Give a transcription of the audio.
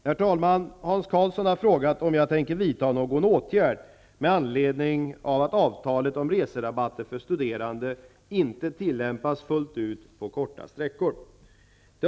Herr talman! Hans Karlsson har frågat mig om jag tänker vidta någon åtgärd med anledning av att avtalet om reserabatter för studerande inte tillämpas fullt ut på korta sträckor.